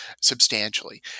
substantially